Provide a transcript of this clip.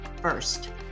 first